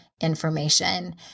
information